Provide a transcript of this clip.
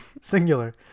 Singular